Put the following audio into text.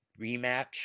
rematch